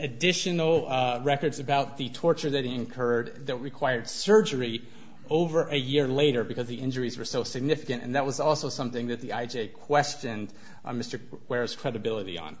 additional records about the torture that incurred that required surgery over a year later because the injuries were so significant and that was also something that the i j a question and mr ware's credibility on